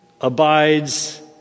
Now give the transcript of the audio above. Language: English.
abides